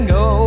go